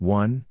one